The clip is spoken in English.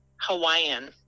hawaiian